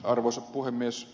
arvoisa puhemies